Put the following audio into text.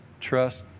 Trust